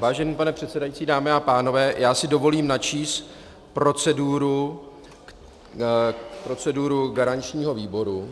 Vážený pane předsedající, dámy a pánové, já si dovolím načíst proceduru garančního výboru,